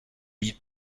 být